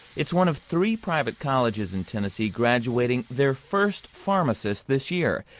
it's one of three private colleges in tennessee graduating their first pharmacists this year.